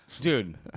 Dude